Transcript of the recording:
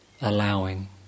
allowing